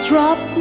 Drop